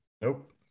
Nope